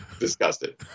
Disgusted